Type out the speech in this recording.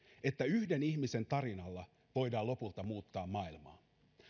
että yhden ihmisen tarinalla voidaan lopulta muuttaa maailmaa